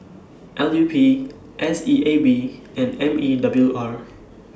L U P S E A B and M E W R